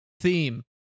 Theme